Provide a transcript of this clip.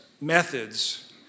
methods